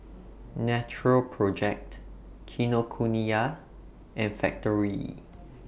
Natural Project Kinokuniya and Factorie